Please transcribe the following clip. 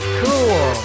cool